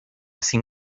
sin